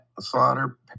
slaughter